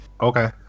okay